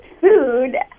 food